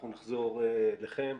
אנחנו נחזור אליכם.